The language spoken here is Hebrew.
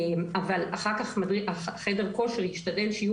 אבל אחר כך מנהל חדר כושר ישתדל שיהיו